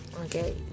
Okay